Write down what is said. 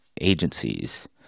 agencies